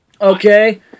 Okay